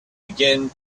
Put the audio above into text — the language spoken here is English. began